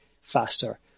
faster